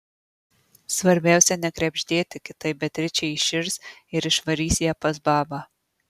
svarbiausia nekrebždėti kitaip beatričė įširs ir išvarys ją pas babą